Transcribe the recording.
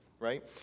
Right